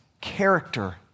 character